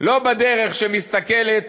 לא בדרך שמסתכלת